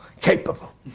capable